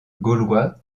gaulois